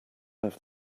have